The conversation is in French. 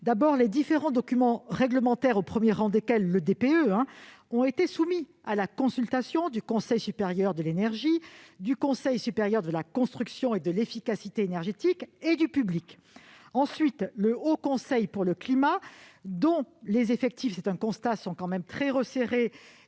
D'abord, les différents documents réglementaires, au premier rang desquels le DPE, ont été soumis, pour consultation, au Conseil supérieur de l'énergie, au Conseil supérieur de la construction et de l'efficacité énergétique et au public. Ensuite, le Haut Conseil pour le climat, dont les effectifs- c'est un constat -sont tout de même très resserrés,